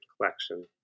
collection